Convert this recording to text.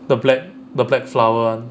the black the black flower [one]